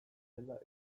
dela